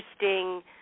interesting